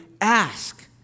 ask